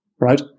right